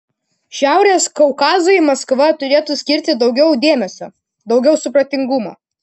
šiaurės kaukazui maskva turėtų skirti daugiau dėmesio daugiau supratingumo